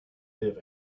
live